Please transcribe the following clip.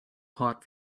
hot